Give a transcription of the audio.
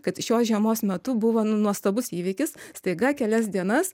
kad šios žiemos metu buvo nuostabus įvykis staiga kelias dienas